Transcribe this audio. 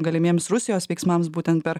galimiems rusijos veiksmams būtent per